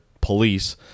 police